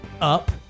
up